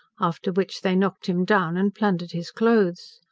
after which they knocked him down, and plundered his cloaths.